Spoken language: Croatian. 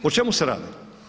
O čemu se radi?